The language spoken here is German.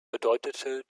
bedeutete